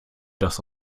das